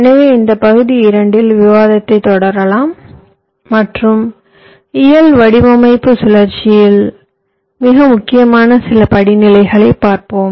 எனவே இந்த பகுதி 2 இல் விவாதத்தைத் தொடரலாம் மற்றும் இயல் வடிவமைப்பு சுழற்சியில் மிக முக்கியமான சில படிநிலைகளைப் பார்ப்போம்